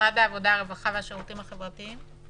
משרד העבודה, הרווחה והשירותים החברתיים.